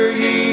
ye